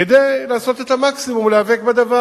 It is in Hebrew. כדי לעשות את המקסימום ולהיאבק בדבר.